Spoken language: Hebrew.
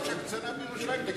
יש הקצנה בירושלים.